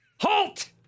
Halt